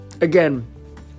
again